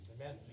Amen